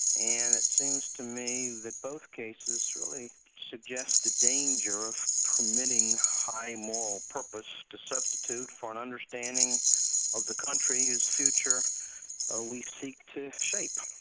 and it seems to me that both cases really suggest the danger of permitting high moral purpose to substitute for an understanding of the country whose future ah we seek to shape.